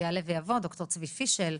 ויעלה ויבוא ד"ר צבי פישל,